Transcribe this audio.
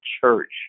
church